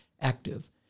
active